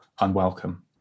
unwelcome